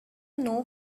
know